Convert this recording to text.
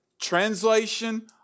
translation